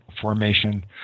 formation